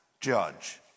judge